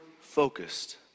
focused